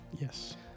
yes